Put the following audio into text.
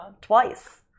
twice